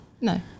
No